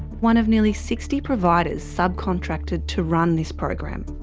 one of nearly sixty providers subcontracted to run this program.